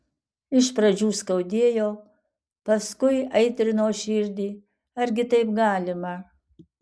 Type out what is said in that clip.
iš pradžių skaudėjo paskui aitrino širdį argi taip galima